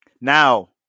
Now